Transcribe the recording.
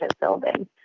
building